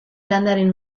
landaren